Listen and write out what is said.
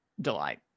delight